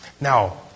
Now